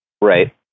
Right